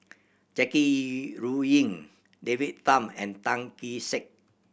Jackie Yi Ru Ying David Tham and Tan Kee Sek